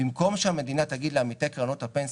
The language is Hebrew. במקום שהמדינה תגיד לעמיתי קרנות הפנסיה,